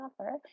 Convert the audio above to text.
offer